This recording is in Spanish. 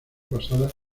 basada